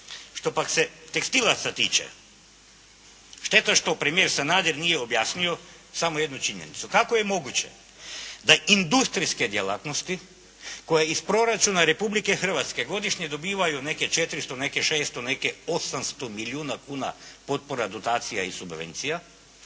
Što pak se tekstila sada tiče, šteta što premijer Sanader nije objasnio samo jednu činjenicu, kako je moguće da industrijske djelatnosti koje iz proračuna Republike Hrvatske godišnje dobivaju neke 400, neke 600, neke 800 milijuna kuna potpora, donacija i subvencija